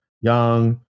Young